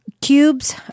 Cubes